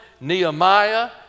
Nehemiah